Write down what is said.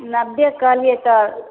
नब्बे कहलिए तऽ